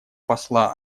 посла